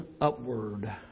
upward